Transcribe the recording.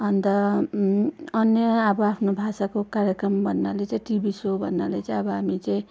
अन्त अन्य अब आफ्नो भाषाको कार्यक्रम भन्नाले चाहिँ टिभी सो भन्नाले चाहिँ अब हामी चाहिँ